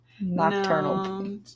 Nocturnal